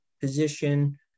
position